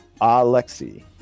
Alexi